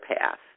path